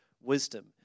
wisdom